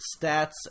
stats